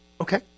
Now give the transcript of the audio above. Okay